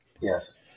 Yes